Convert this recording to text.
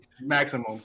maximum